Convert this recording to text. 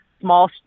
small